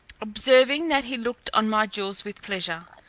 observing that he looked on my jewels with pleasure,